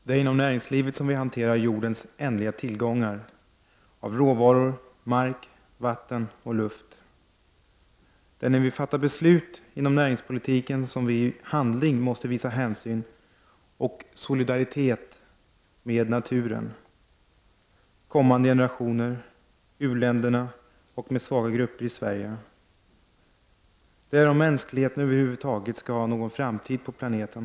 Det är inom näringslivet som vi hanterar jordens ändliga tillgångar av råvaror, mark, vatten och luft. Det är när vi fattar beslut inom näringspolitiken som vi i handling måste visa hänsyn och solidaritet med naturen, kommande generationer, u-länderna och svaga grupper i Sverige om mänskligheten över huvud taget skall ha någon framtid på planeten.